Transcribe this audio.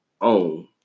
own